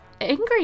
angry